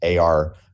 AR